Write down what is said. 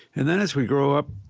and then as we grow up,